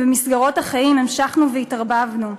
ובמסגרות החיים המשכנו והתערבבנו,